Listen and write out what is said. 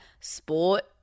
Sport